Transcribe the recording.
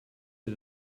sie